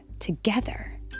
together